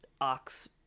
ox